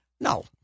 No